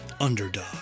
Underdog